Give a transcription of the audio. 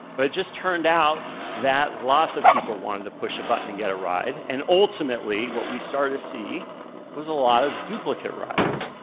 but it just turned out that lots of people wanted to push a button and get a ride, and ultimately what we started to see was a lot of duplicate rides.